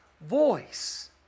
voice